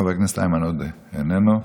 חבר הכנסת איימן עודה, איננו.